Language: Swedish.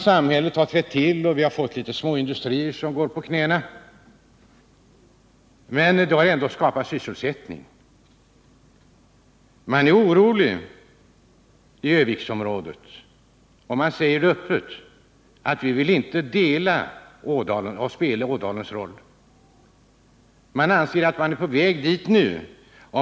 Samhället har trätt till och vi har fått några småindustrier som visserligen ekonomiskt går på knäna, men de har ändå skapat sysselsättning. Man är orolig i Örnsköldsviksområdet, och man säger det öppet: Vi vill inte dela Ådalens öde och spela samma roll. Man anser sig vara på väg dit nu.